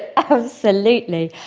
absolutely.